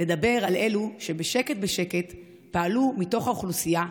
לדבר על אלו שבשקט בשקט פעלו מתוך האוכלוסייה,